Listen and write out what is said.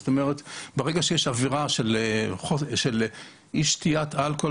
זאת אומרת, ברגע שיש אווירה של אי שתיית אלכוהול